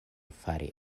fari